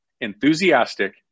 enthusiastic